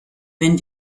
wenn